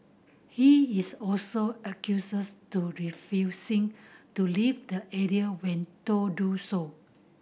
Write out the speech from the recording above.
he is also accuses to refusing to leave the area when told do so